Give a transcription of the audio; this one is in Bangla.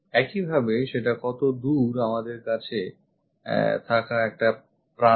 একইভাবে সেটা কত দূর আমাদের কাছে থাকা একটা প্রান্ত